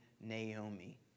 Naomi